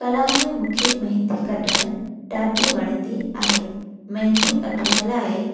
कला में मूंखे मेहंदी कढण ॾाढी वणंदी आहे मेहंदी कढण लाइ